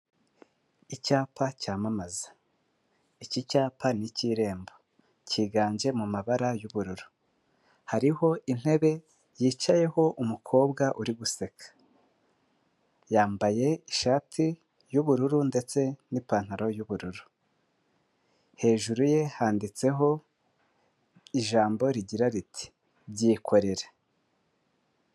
Icyapa cyamamaza, iki cyapa ni icy'Irembo, cyiganje mu mabara y'ubururu, hariho intebe yicayeho umukobwa uri guseka, yambaye ishati y'ubururu ndetse n'ipantaro y'ubururu, hejuru ye handitseho ijambo rigira riti: "Byikorere."